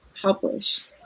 publish